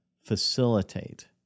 facilitate